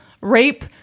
rape